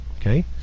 okay